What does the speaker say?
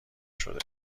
شده